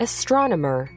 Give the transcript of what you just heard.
Astronomer